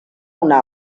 una